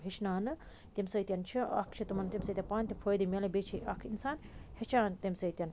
ہیٚچھناونہِ تمہِ سۭتۍ چھُ اکھ چھُ تِمَن تمہِ سۭتۍ پانہٕ تہِ فٲیِدٕ میلان بیٚیہ چھِ اکھ اِنسان ہیٚچھان تَمہِ سۭتۍ